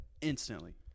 Instantly